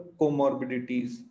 comorbidities